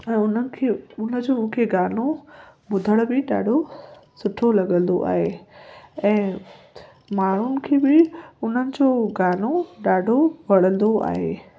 ऐं उन्हनि खे उनजो मूंखे गानो ॿुधण बि ॾाढो सुठो लॻंदो आहे ऐं माण्हूनि खे बि उन्हनि जो गानो ॾाढो वणंदो आहे